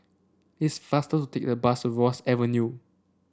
it's faster to take the bus of Ross Avenue